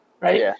right